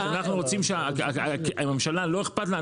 אנחנו רוצים שהממשלה, לא אכפת לה?